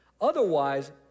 Otherwise